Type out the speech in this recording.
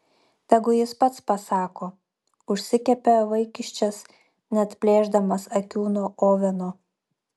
tegu jis pats pasako užsikepė vaikiščias neatplėšdamas akių nuo oveno